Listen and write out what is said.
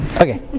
Okay